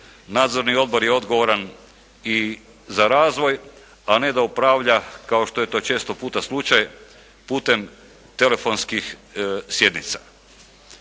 nadzorni odbor je odgovoran i za razvoj, a ne da upravlja kao što je to često puta slučaj putem telefonskih sjednica.